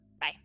Bye